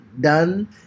done